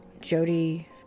jody